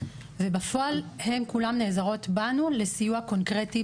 ובפועל הן כולן נעזרות בנו לסיוע קונקרטי,